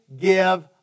give